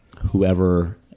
whoever